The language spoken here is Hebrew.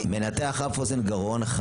מנתח אף אוזן גרון,